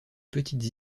petites